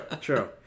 true